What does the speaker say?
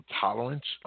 tolerance